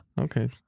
Okay